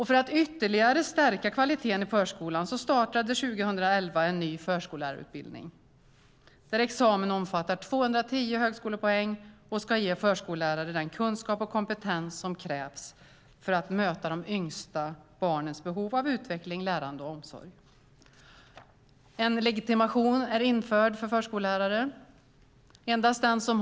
För att ytterligare stärka kvaliteten i förskolan startade 2011 en ny förskollärarutbildning där examen omfattar 210 högskolepoäng och ska ge förskollärare den kunskap och kompetens som krävs för att möta de yngsta barnens behov av utveckling, lärande och omsorg. En legitimation för förskollärare har införts.